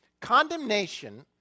Condemnation